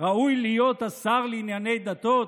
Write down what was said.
ראוי להיות השר לענייני דתות?